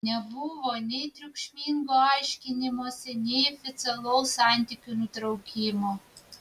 nebuvo nei triukšmingo aiškinimosi nei oficialaus santykių nutraukimo